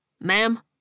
Ma'am